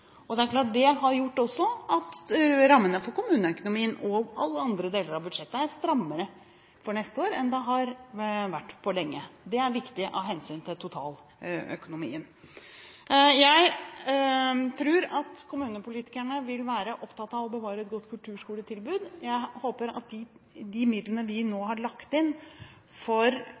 riktig. Det er klart at det har også gjort at rammene for kommuneøkonomien og alle andre deler av budsjettet er strammere for neste år enn det har vært på lenge. Det er viktig av hensyn til totaløkonomien. Jeg tror at kommunepolitikerne vil være opptatt av å bevare et godt kulturskoletilbud. Jeg håper at de midlene vi nå har lagt inn for